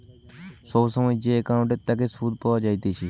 সময় সময় যে একাউন্টের তাকে সুধ পাওয়া যাইতেছে